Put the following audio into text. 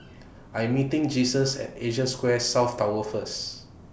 I'm meeting Jesus At Asia Square South Tower First